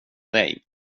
dig